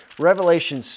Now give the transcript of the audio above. Revelation